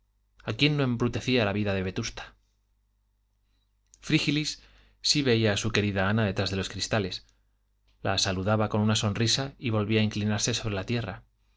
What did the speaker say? a quién no embrutecía la vida de vetusta frígilis si veía a su querida ana detrás de los cristales la saludaba con una sonrisa y volvía a inclinarse sobre la tierra